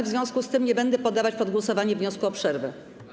W związku z tym nie będę poddawać pod głosowanie wniosku o przerwę.